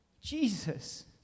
Jesus